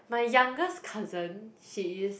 my youngest cousin she is